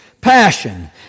passion